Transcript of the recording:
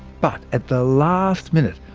but at the last minute,